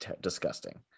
disgusting